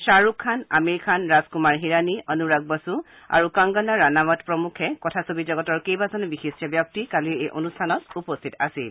খাহৰুখ খান আমিৰ খান ৰাজকুমাৰ হিৰাণী অনুৰাগ বসু আৰু কংগনা ৰানাৱাট প্ৰমুখ্যে কথাছবি জগতৰ কেইবাজনো বিশিষ্ট ব্যক্তি এই অনুষ্ঠানত উপস্থিত থাকে